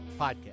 Podcast